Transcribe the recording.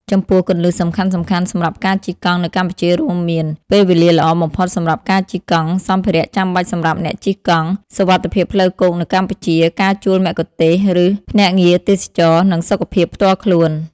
ចំពោះ គន្លឹះសំខាន់ៗសម្រាប់ការជិះកង់នៅកម្ពុជារួមមាន ពេលវេលាល្អបំផុតសម្រាប់ការជិះកង់ សម្ភារៈចាំបាច់សម្រាប់អ្នកជិះកង់ សុវត្ថិភាពផ្លូវគោកនៅកម្ពុជា ការជួលមគ្គុទ្ទេសក៍ឬភ្នាក់ងារទេសចរណ៍ និងសុខភាពផ្ទាល់ខ្លួន។